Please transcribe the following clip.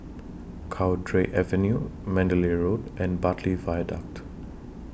Cowdray Avenue Mandalay Road and Bartley Viaduct